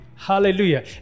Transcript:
Hallelujah